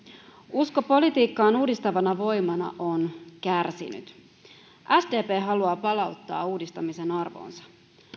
usko politiikkaan uudistavana voimana on kärsinyt sdp haluaa palauttaa uudistamisen arvoonsa